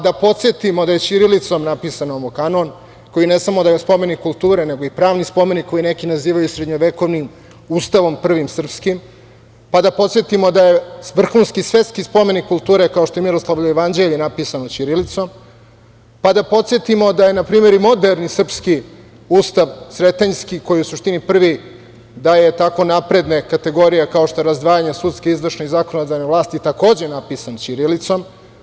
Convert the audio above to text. Da podsetimo da je ćirilicom napisan Nomokanon, koji je samo da je spomenik kulture nego i pravni spomenik koji neki nazivaju srednjovekovnim ustavom, prvim srpskim, pa da podsetimo da je vrhunski svetski spomenik kulture kao što je Miroslavljevo jevanđelje napisano ćirilicom, pa da podsetimo da je, na primer, i moderni srpski ustav, Sretenjski, koji u suštini prvi daje tako napredne kategorije kao što je razdvajanje sudske, izvršne i zakonodavne vlasti, takođe napisan ćirilicom.